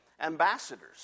Ambassadors